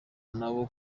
nabo